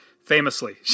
famously